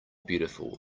beautiful